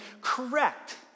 correct